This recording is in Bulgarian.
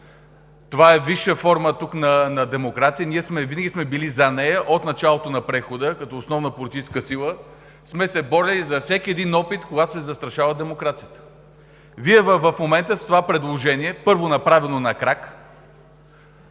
Това е висша форма на демокрация тук – ние винаги сме били „за“ нея от началото на прехода, като основна политическа сила сме се борили за всеки един опит, когато се застрашава демокрацията. В момента това предложение, първо, направено на крак,